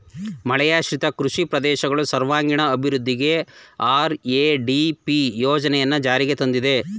ಮಳೆಯಾಶ್ರಿತ ಕೃಷಿ ಪ್ರದೇಶಗಳು ಸರ್ವಾಂಗೀಣ ಅಭಿವೃದ್ಧಿಗೆ ಆರ್.ಎ.ಡಿ.ಪಿ ಯೋಜನೆಯನ್ನು ಜಾರಿಗೆ ತಂದಿದೆ